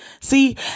See